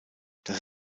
das